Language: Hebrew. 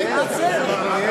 אתה לא צריך להתנצל.